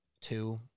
two